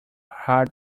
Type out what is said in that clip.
hard